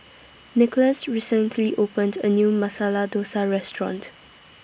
Nicholas recently opened A New Masala Dosa Restaurant